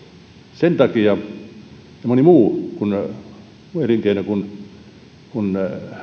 sen takia ja kun moni muu elinkeino kun kun